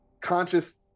conscious